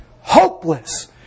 Hopeless